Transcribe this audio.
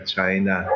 China